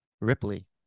Ripley